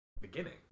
beginning